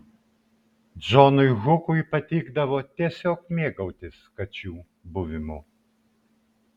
džonui hukui patikdavo tiesiog mėgautis kačių buvimu